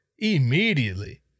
Immediately